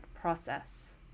process